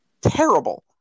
terrible